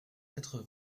quatre